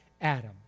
Adam